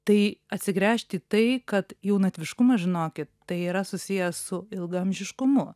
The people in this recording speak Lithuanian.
tai atsigręžt į tai kad jaunatviškumas žinokit tai yra susijęs su ilgaamžiškumu